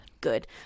good